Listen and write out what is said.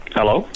Hello